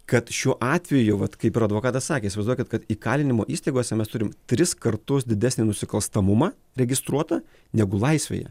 kad šiuo atveju vat kaip ir advokatas sakė įsivaizduokit kad įkalinimo įstaigose mes turim tris kartus didesnį nusikalstamumą registruota negu laisvėje